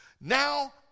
Now